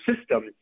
system